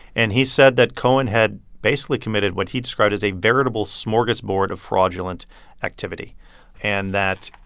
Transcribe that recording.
and he said that cohen had basically committed what he described as a veritable smorgasbord of fraudulent activity and that,